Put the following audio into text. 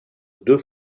deux